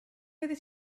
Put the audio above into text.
oeddet